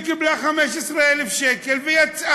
חובת פרסום עיקרי ההמלצות של הוועדה המייעצת